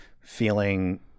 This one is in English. feeling